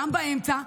גם באמצע.